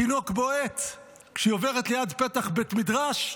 התינוק בועט, כשהיא עוברת ליד פתח בית מדרש,